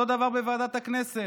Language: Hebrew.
אותו דבר בוועדת הכנסת,